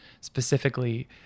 specifically